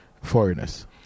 foreigners